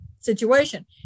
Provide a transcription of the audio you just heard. situation